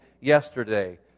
yesterday